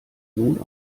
nun